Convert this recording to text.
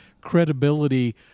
credibility